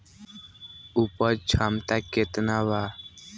उपज क्षमता केतना वा?